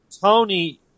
Tony